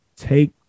take